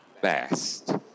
best